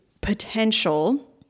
potential